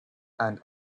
and